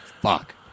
fuck